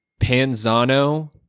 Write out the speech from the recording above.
Panzano